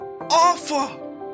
offer